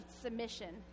submission